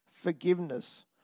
forgiveness